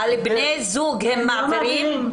על בני זוג הם מעבירים.